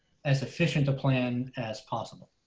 as efficient to plan as possible.